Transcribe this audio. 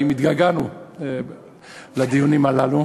התגעגענו לדיונים הללו.